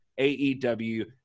AEW